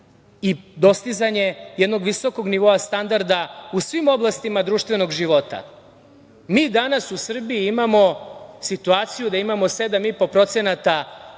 i dostizanje jednog visokog nivoa standarda u svim oblastima društvenog života, mi danas u Srbiji imamo situaciju da imamo 7,5% rasta